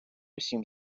всім